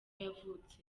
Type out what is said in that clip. yavutse